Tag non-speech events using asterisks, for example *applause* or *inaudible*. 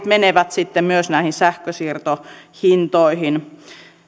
*unintelligible* menevät sitten myös näihin sähkönsiirtohintoihin